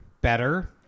better